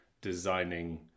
designing